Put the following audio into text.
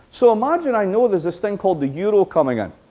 so imagine i know there's this thing called the euro coming in,